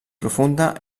profunda